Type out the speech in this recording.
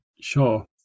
sure